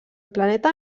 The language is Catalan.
planeta